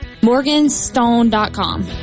Morganstone.com